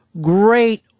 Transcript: great